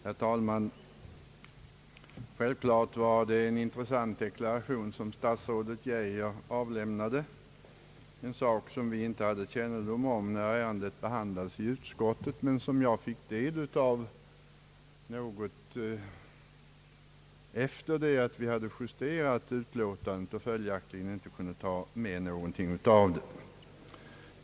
Herr talman! Självfallet var det en intressant deklaration som statsrådet Geijer avlämnade. Vi hade inte kännedom om innehållet i den deklarationen när ärendet behandlades i utskottet, utan jag fick del av densamma först sedan utlåtandet justerats.